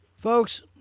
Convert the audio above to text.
Folks